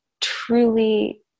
truly